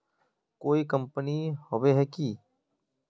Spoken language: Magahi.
कोई कंपनी होबे है की?